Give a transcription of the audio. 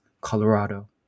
Colorado